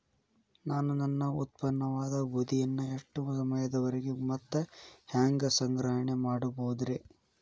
ನಾನು ನನ್ನ ಉತ್ಪನ್ನವಾದ ಗೋಧಿಯನ್ನ ಎಷ್ಟು ಸಮಯದವರೆಗೆ ಮತ್ತ ಹ್ಯಾಂಗ ಸಂಗ್ರಹಣೆ ಮಾಡಬಹುದುರೇ?